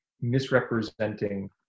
misrepresenting